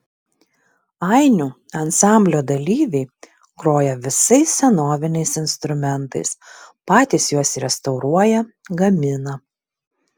ainių ansamblio dalyviai groja visais senoviniais instrumentais patys juos restauruoja gamina